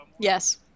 yes